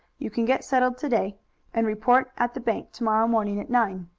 you can get settled to-day and report at the bank to-morrow morning at nine.